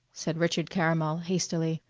said richard caramel hastily,